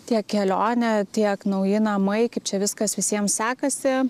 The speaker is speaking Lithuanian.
tiek kelionė tiek nauji namai kaip čia viskas visiems sekasi